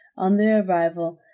on their arrival,